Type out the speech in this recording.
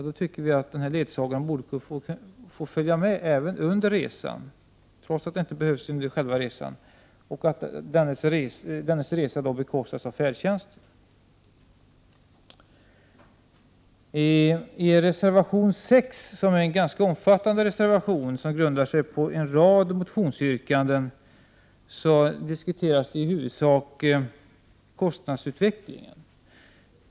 Då tycker vi att ledsagaren borde få följa med även under resan, trots att han inte behövs. Resan skulle då bekostas av färdtjänsten. Reservation 6 är en ganska omfattande reservation och grundar sig på en rad motionsyrkanden. I reservationen diskuteras i huvudsak kostnadsutvecklingen.